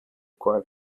quite